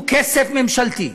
הוא כסף ממשלתי,